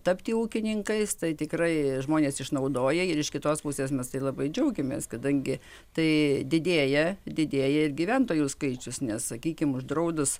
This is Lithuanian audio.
tapti ūkininkais tai tikrai žmonės išnaudoja ir iš kitos pusės mes tai labai džiaugiamės kadangi tai didėja didėja ir gyventojų skaičius nes sakykim uždraudus